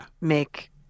make